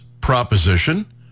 proposition